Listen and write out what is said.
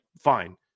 Fine